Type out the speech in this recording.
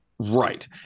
Right